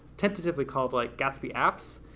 tentatively called like gatsby apps,